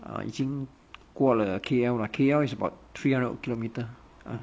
ah 已经过了 K_L lah K_L is about three hundred kilometre uh